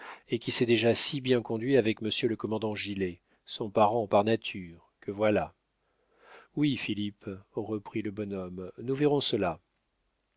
et qui s'est déjà si bien conduit avec monsieur le commandant gilet son parent par nature que voilà oui philippe reprit le bonhomme nous verrons cela